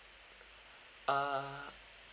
uh